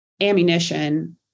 ammunition